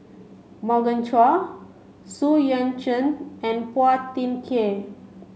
Morgan Chua Xu Yuan Zhen and Phua Thin Kiay